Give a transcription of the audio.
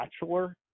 bachelor